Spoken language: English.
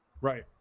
right